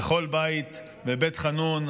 בכל בית בבית חנון,